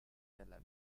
della